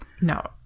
No